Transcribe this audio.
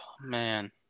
man